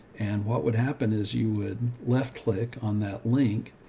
and what would happen is you would left click on that link,